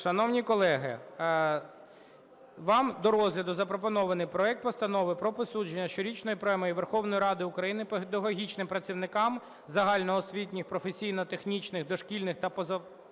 Шановні колеги, вам до розгляду запропоновано проект Постанови про присудження щорічної Премії Верховної Ради України педагогічним працівникам загальноосвітніх, професійно-технічних, дошкільних та позашкільних